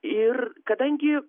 ir kadangi